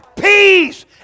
Peace